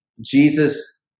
Jesus